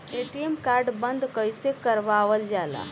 ATM card बन्द कईसे करावल जाला?